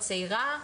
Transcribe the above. או צעירה,